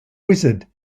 wizard